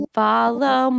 follow